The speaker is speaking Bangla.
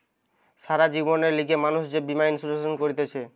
সারা জীবনের লিগে মানুষ যে বীমা ইন্সুরেন্স করতিছে